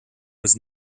was